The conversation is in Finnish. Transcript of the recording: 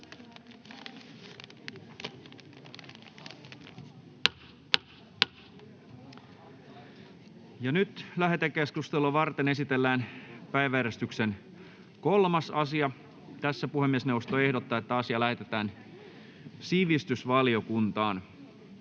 Lähetekeskustelua varten esitellään päiväjärjestyksen 8. asia. Puhemiesneuvosto ehdottaa, että asia lähetetään lakivaliokuntaan.